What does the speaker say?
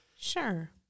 Sure